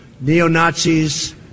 neo-nazis